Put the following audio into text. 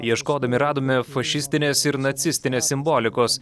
ieškodami radome fašistinės ir nacistinės simbolikos